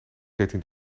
dertien